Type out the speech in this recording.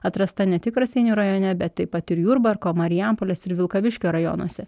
atrasta ne tik raseinių rajone bet taip pat ir jurbarko marijampolės ir vilkaviškio rajonuose